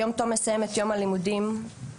היום תום מסיים את יום הלימודים ומגיע